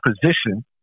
position